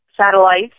satellites